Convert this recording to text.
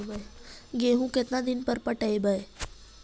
गेहूं केतना दिन पर पटइबै?